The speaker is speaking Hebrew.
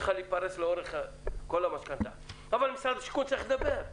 צריכה להתפרס לאורך כל המשכנתא אבל משרד השיכון צריך לדבר,